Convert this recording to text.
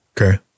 Okay